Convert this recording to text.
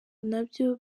nabyo